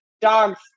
dog's